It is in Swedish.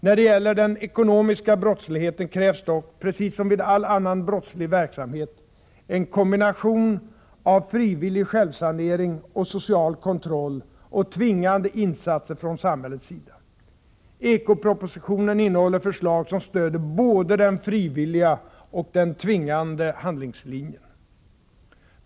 När det gäller den ekonomiska brottsligheten krävs dock — precis som vid all annan brottslig verksamhet — en kombination av frivillig självsanering, social kontroll och tvingande insatser från samhällets sida. Eko-propositionen innehåller förslag som stöder både den frivilliga och den tvingande handlingslinjen.